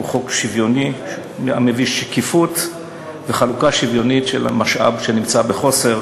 הוא חוק שוויוני המביא שקיפות וחלוקה שוויונית של המשאב שנמצא בחוסר,